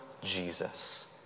Jesus